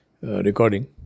recording